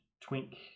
twink